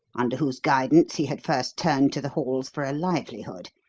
under whose guidance he had first turned to the halls for a livelihood,